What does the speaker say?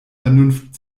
vernunft